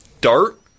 dart